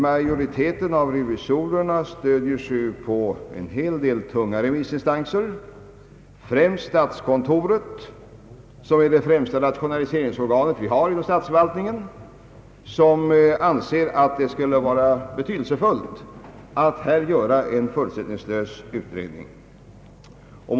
Majoriteten av revisorerna stöder sig på en hel del tunga remissinstanser, framför allt statskontoret, som är det främsta rationaliseringsorgan vi har inom statsförvaltningen och som anser att det skulle vara betydelsefullt att göra en utredning utan denna begränsning i detta sammanhang.